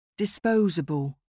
Disposable